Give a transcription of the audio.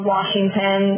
Washington